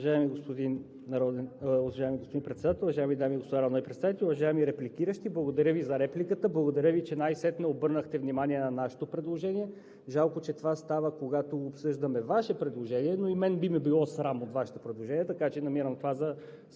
Уважаеми господин Председател, уважаеми дами и господа народни представители! Уважаеми репликиращи, благодаря Ви за репликата. Благодаря Ви, че най-сетне обърнахте внимание на нашето предложение. Жалко е, че това става, когато обсъждаме Ваше предложение, но и мен би ме било срам от Вашето предложение, така че намирам това за